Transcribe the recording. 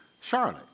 Charlotte